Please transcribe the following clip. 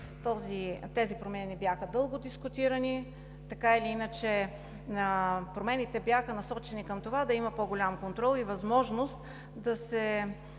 тези промени бяха дълго дискутирани. Промените бяха насочени към това да има по-голям контрол и възможност да се